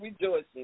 rejoicing